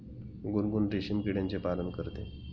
गुनगुन रेशीम किड्याचे पालन करते